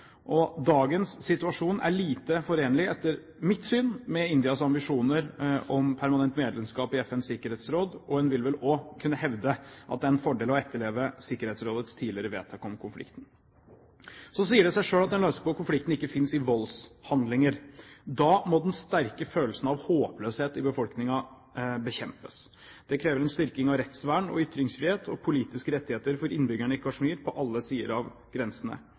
Dagens situasjon er, etter mitt syn, lite forenlig med Indias ambisjoner om permanent medlemskap i FNs sikkerhetsråd, og en vil vel også kunne hevde at det er en fordel å etterleve Sikkerhetsrådet tidligere vedtak om konflikten. Så sier det seg selv at en løsning på konflikten ikke finnes i voldshandlinger. Da må den sterke følelsen av håpløshet i befolkningen bekjempes. Det krever en styrking av rettsvern, ytringsfrihet og politiske rettigheter for innbyggerne i Kashmir på alle sider av grensene.